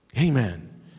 Amen